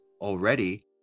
already